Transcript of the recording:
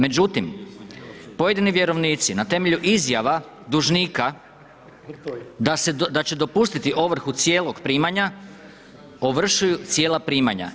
Međutim, pojedini vjerovnici na temelju izjava dužnika da će dopustiti ovrhu cijelog primanja, ovršuju cijela primanja.